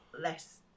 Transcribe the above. less